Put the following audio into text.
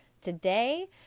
today